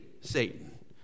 Satan